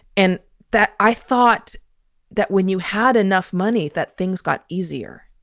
and that i thought that when you had enough money that things got easier.